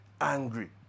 angry